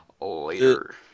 later